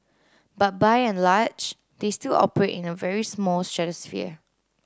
but by and large they still operate in a very small stratosphere